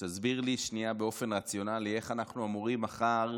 שתסביר לי באופן רציונלי איך אנחנו אמורים מחר,